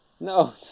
No